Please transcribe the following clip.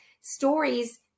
stories